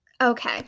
okay